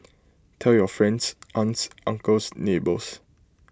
tell your friends aunts uncles neighbours